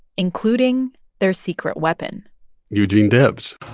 including their secret weapon eugene debs